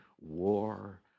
war